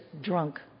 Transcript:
drunk